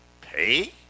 pay